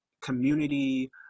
community